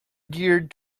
geared